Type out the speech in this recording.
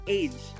age